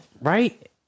right